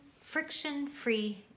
friction-free